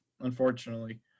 unfortunately